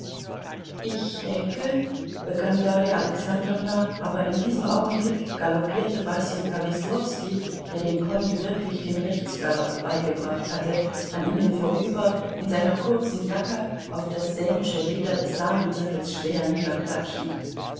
ich denke begann darja alexandrowna aber in diesem augenblick galoppierte wasenka weslowski der dem pony wirklich den rechtsgalopp beigebracht hatte an ihnen vorüber in seiner kurzen jacke auf das sämische leder des damensattels schwer